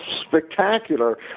spectacular